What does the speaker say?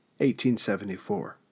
1874